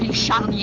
um shadow,